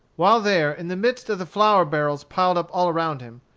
while there in the midst of the flour barrels piled up all around him,